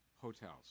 hotels